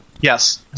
Yes